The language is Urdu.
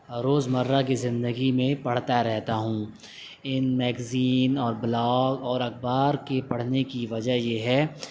روزمرہ کی زندگی میں پڑھتا رہتا ہوں ان میگزین اور بلاگ اور اخبار کی پڑھنے کی وجہ یہ ہے